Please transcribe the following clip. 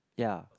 ya